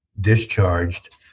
discharged